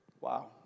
Wow